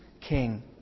king